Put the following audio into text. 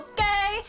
Okay